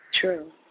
true